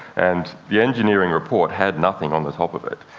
and the engineering report had nothing on the top of it,